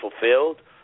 fulfilled